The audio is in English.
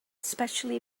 especially